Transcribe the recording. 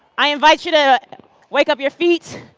i invite you to wake up your feet.